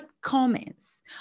comments